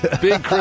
Big